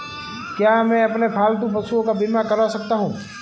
क्या मैं अपने पालतू पशुओं का बीमा करवा सकता हूं?